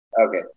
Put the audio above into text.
Okay